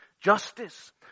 Justice